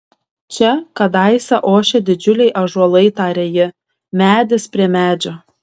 čia kadaise ošė didžiuliai ąžuolai tarė ji medis prie medžio